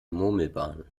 murmelbahn